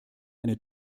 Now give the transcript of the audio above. eine